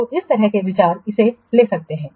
तो इस तरह के विचार इसे ले सकते हैं